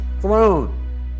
throne